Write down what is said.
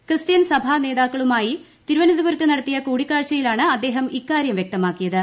ക്രിസ്തൃൻ സഭാ നേതാക്കളുമായി തിരുവനന്തപുരത്ത് കൂടിക്കാഴ്ചയിലാണ് അദ്ദേഹം നടത്തിയ ഇക്കാര്യാ വ്യക്തമാക്കിയത്